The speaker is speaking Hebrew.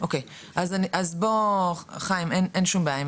אז בוא חיים אין שום בעיה,